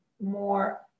more